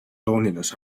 loneliness